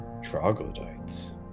troglodytes